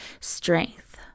strength